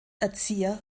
erzieher